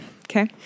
Okay